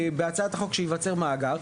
בהצעת החוק שייווצר מאגר,